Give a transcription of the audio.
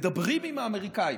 מדברים עם האמריקנים.